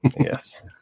Yes